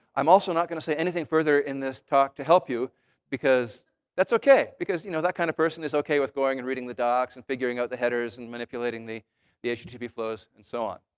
i'm also not going to say anything further in this talk to help you because that's ok. because you know that kind of person is ok with going and reading the docs and figuring out the headers and manipulating the the http flows and so on.